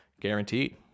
Guaranteed